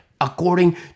according